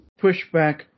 pushback